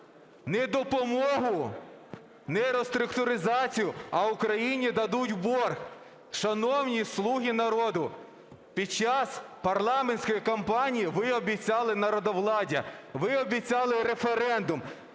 не допомогу, не реструктуризацію, а Україні дадуть в борг. Шановні "Слуги народу", під час парламентської кампанії ви обіцяли народовладдя, ви обіцяли референдум.